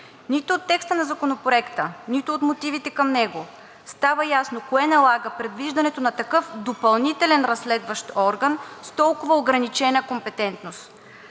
Нито от текста на Законопроекта, нито от мотивите към него става ясно кое налага предвиждането на такъв допълнителен разследващ орган с толкова ограничена компетентност.